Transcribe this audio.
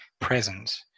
present